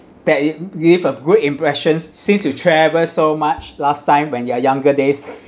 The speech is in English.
that it give a great impressions since you travelled so much last time when you're younger days